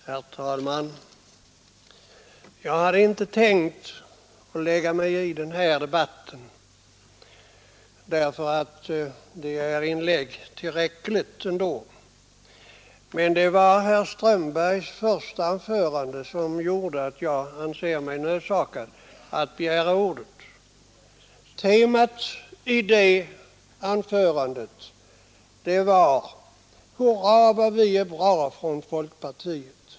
Herr talman! Jag hade inte tänkt lägga mig i den här debatten, därför att det är tillräckligt många inlägg ändå. Herr Strömbergs första anförande gjorde emellertid att jag ser mig nödsakad att begära ordet. Temat i hans anförande var: Hurra, vad vi är bra i folkpartiet!